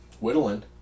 whittling